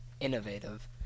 Innovative